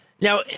Now